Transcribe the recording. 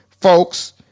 folks